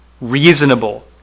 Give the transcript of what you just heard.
reasonable